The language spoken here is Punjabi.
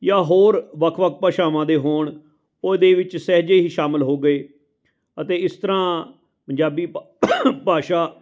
ਜਾਂ ਹੋਰ ਵੱਖ ਵੱਖ ਭਾਸ਼ਾਵਾਂ ਦੇ ਹੋਣ ਉਹਦੇ ਵਿੱਚ ਸਹਿਜੇ ਹੀ ਸ਼ਾਮਿਲ ਹੋ ਗਏ ਅਤੇ ਇਸ ਤਰ੍ਹਾਂ ਪੰਜਾਬੀ ਭਾ ਭਾਸ਼ਾ